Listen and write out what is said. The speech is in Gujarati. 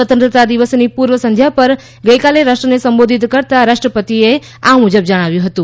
સ્વતંત્રતા દિવસની પૂર્વ સંધ્યા પર ગઇકાલે રાષ્ટ્રને સંબોધિત કરતાં રાષ્ટ્રપતિએ મૂજબ જણાવ્યું હતું